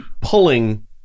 pulling